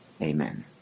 Amen